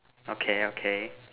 okay okay